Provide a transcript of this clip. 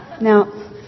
now